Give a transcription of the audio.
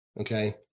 Okay